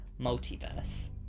multiverse